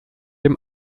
dem